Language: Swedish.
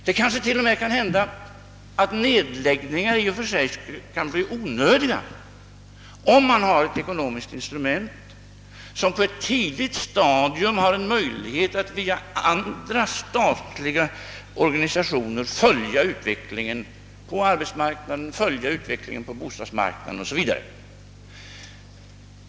Det kan t.o.m. hända att nedläggningar blir onödiga, om man har ett ekonomiskt instrument, med vilket man har möjlighet att på ett tidigt stadium via andra statliga organisationer följa utvecklingen på arbetsmarknaden, på bostadsmarknaden o.s.v.